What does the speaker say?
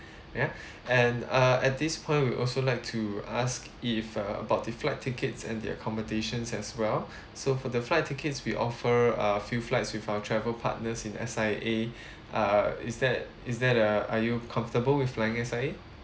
ya and uh at this point we also like to ask if uh about the flight tickets and the accommodations as well so for the flight tickets we offer a few flights with our travel partners in S_I_A uh is that is that uh are you comfortable with flying S_I_A